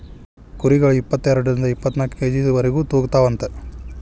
ಕುರಿಗಳ ಇಪ್ಪತೆರಡರಿಂದ ಇಪ್ಪತ್ತನಾಕ ಕೆ.ಜಿ ವರೆಗು ತೂಗತಾವಂತ